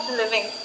living